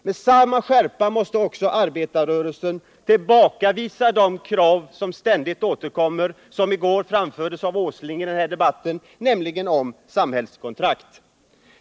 Med samma skärpa måste också arbetarrörelsen tillbakavisa de krav som ständigt återkommer och som i går framfördes av Nils Åsling i den här debatten, nämligen om samhällskontrakt.